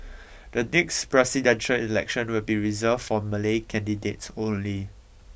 the next presidential election will be reserved for Malay candidates only